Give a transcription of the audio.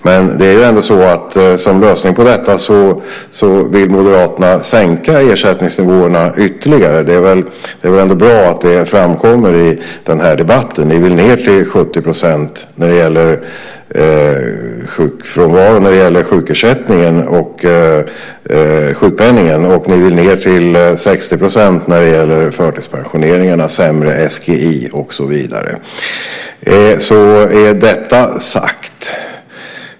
Men det är ändå så att som en lösning på detta vill Moderaterna sänka ersättningsnivåerna ytterligare, och det är väl bra att det framkommer i den här debatten. Ni vill ju ned till 70 % när det gäller sjukersättningen och sjukpenningen, och ni vill ned till 60 % när det gäller förtidspensioneringarna, sämre SGI och så vidare - därmed var detta sagt.